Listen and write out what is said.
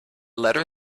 letter